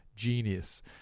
genius